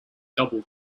double